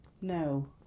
No